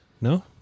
No